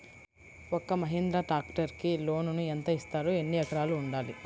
ఒక్క మహీంద్రా ట్రాక్టర్కి లోనును యెంత ఇస్తారు? ఎన్ని ఎకరాలు ఉండాలి?